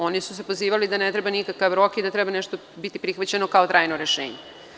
Oni su se pozivali da ne treba nikakav rok i da treba nešto biti prihvaćeno kao trajno rešenje.